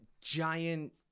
giant